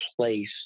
place